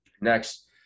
next